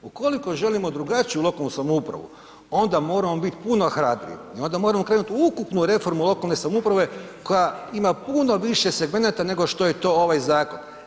Ukoliko želimo drugačiju lokalnu samoupravu onda moramo biti puno hrabriji i onda moramo krenuti u ukupnu reformu lokalne samouprave koja ima puno više segmenata nego što je to ovaj zakon.